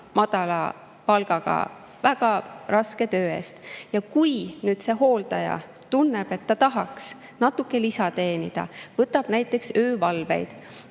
madala palgaga väga raske töö eest. Ja kui nüüd see hooldaja tunneb, et ta tahaks natuke lisa teenida, võtab näiteks öövalveid,